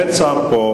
דנה סומברג,